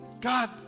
God